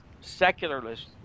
secularist